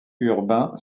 urbain